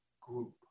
group